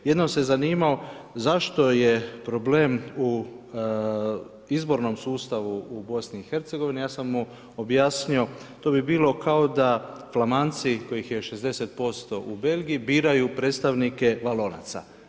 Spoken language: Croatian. Jednom se zanimao zašto je problem u izbornom sustavu u BIH, ja sam mu objasnio, to bi bilo kao da Flamanci, kojih je 60% u Belgiji biraju predstavnike Valonaca.